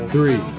Three